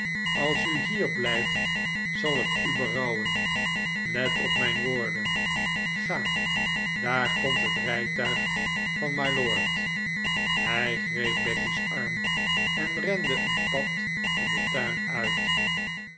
als u hier blijft zal het u berouwen let op mijn woorden ga daar komt het rijtuig van mylord hij greep becky's arm en rende een pad van den tuin uit